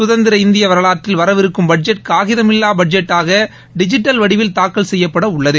சுதந்தர இந்திய வரலாற்றில் வரவிருக்கும் பட்ஜெட் னகிதமில்லா பட்ஜெட்டாக டிஜிட்டல் வடிவில் தாக்கல் செய்யப்பட உள்ளது